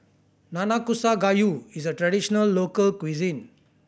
Nanakusa Gayu is a traditional local cuisine